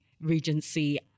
Regency